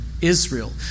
Israel